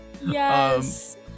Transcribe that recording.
yes